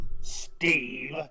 Steve